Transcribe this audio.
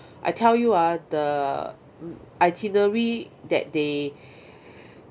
I tell you ah the m~ itinerary that they